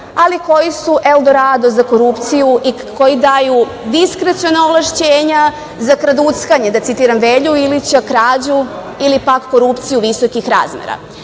ali koji su Eldorado za korupciju i koji daju diskreciona ovlašćenja za kraduckanje, da citiram Velju Ilića, krađu ili pak korupciju visokih razmera,